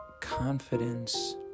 Confidence